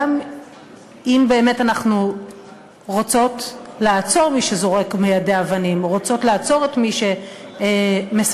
וגם אם באמת אנחנו רוצות לעצור את מי שזורק ומיידה אבנים,